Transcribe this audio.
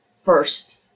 first